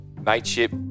Mateship